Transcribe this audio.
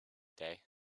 day